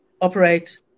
operate